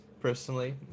personally